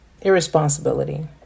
irresponsibility